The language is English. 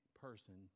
person